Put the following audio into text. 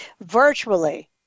virtually